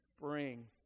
bring